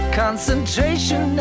concentration